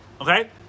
okay